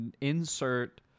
Insert